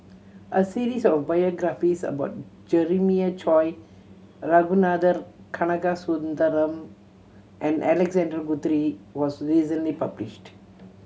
a series of biographies about Jeremiah Choy Ragunathar Kanagasuntheram and Alexander Guthrie was recently published